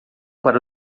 para